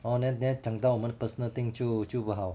hor then then 讲到我们 personal thing 就就不好